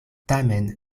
tamen